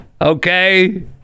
okay